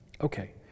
Okay